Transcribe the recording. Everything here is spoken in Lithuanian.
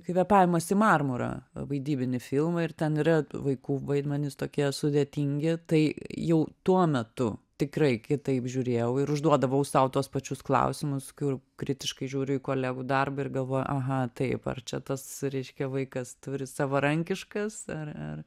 kvėpavimas į marmurą vaidybinį filmą ir ten yra vaikų vaidmenys tokie sudėtingi tai jau tuo metu tikrai kitaip žiūrėjau ir užduodavau sau tuos pačius klausimus kur kritiškai žiūriu į kolegų darbą ir galvoju aha taip ar čia tas reiškia vaikas turi savarankiškas ar ar